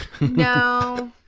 No